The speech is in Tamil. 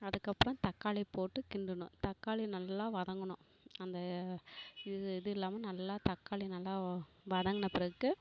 அதுக்கு அப்புறம் தக்காளி போட்டு கிண்டணும் தக்காளி நல்லா வதங்கணும் அந்த இது இது இல்லாமல் நல்லா தக்காளி நல்லா வதங்கின பிறகு